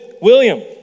William